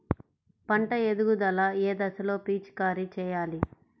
పంట ఎదుగుదల ఏ దశలో పిచికారీ చేయాలి?